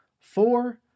Four